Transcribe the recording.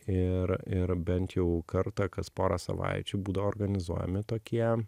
ir ir bent jau kartą kas porą savaičių būdavo organizuojami tokie